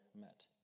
met